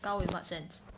高 in what sense